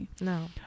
No